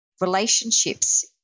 Relationships